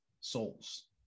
souls